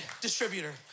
distributor